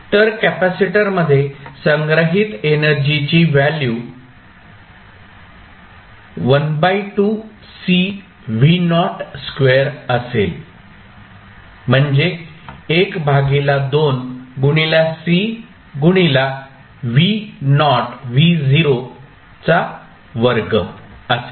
तर कॅपेसिटरमध्ये संग्रहित एनर्जीची व्हॅल्यू असेल